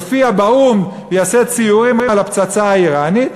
יופיע באו"ם ויעשה ציורים על הפצצה האיראנית,